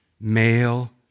male